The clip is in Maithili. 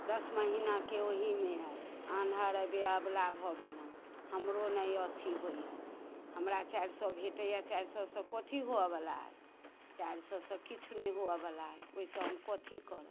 दस महिनाके ओहिमे अइ आन्हर अइ बे अबला भऽ गेलहुँ हमरो नहि अथी होइए हमरा चारि सए भेटैए चारि सएसँ कथी हुअवला अइ चारि सएसँ किछु नहि हुअवला अइ ओहिसँ हम कथी करब